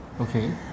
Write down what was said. okay